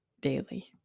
daily